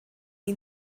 ihm